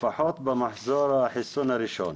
לפחות במחזור החיסון הראשון,